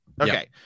Okay